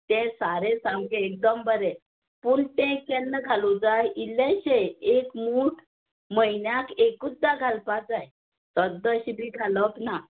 तें सारें सामकें एक दम बरें पूण तें केन्ना घालू जाय इल्लेंशें एक मूट म्हयन्याक एकूद्दा घालपाक जाय सद्दां असें बी घालप ना